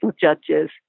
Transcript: judges